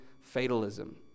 fatalism